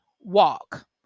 walk